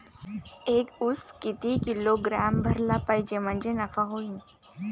एक उस किती किलोग्रॅम भरला पाहिजे म्हणजे नफा होईन?